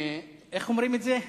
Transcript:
איך אומרים את זה?